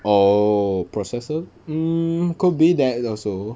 oh processor hmm could be that also